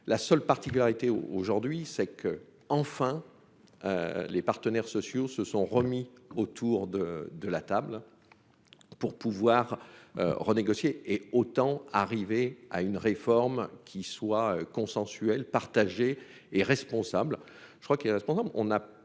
la seule particularité, aujourd'hui, c'est qu'enfin les partenaires sociaux se sont remis autour de de la table pour pouvoir renégocier et autant arriver à une réforme qui soit consensuelle partagée et responsable, je crois qu'il est responsable,